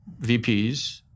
VPs